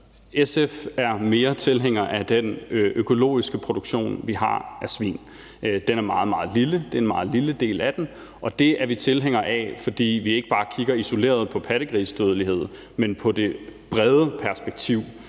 SF er mere tilhænger af den økologiske produktion af svin, vi har. Den er meget, meget lille; det er en meget, meget lille del af hele produktionen. Den er vi tilhængere af, fordi vi ikke bare kigger isoleret på pattegrisedødeligheden, men på det brede perspektiv,